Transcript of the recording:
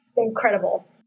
Incredible